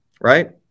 Right